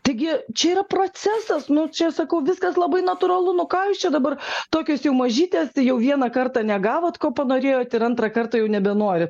taigi čia yra procesas nu čia sakau viskas labai natūralu nu ką jūs čia dabar tokios jau mažytės jau vieną kartą negavot ko panorėjot ir antrą kartą jau nebenori